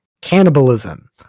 cannibalism